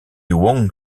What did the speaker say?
wong